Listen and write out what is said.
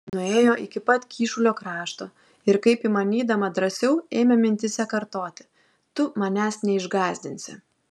nuėjo iki pat kyšulio krašto ir kaip įmanydama drąsiau ėmė mintyse kartoti tu manęs neišgąsdinsi